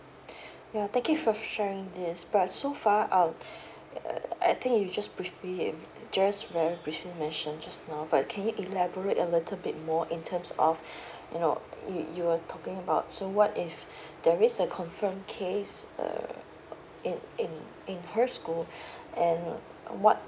ya thank you for sharing this but so far uh I think you just briefly um just very briefly mentioned just now but can you elaborate a little bit more in terms of you know uh you were talking about so what if there is a confirmed case uh in in in her school and uh what